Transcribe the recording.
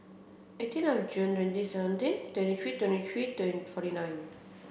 eighteen of June twenty seventeen twenty three twenty three forty nine